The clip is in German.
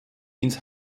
ins